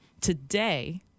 Today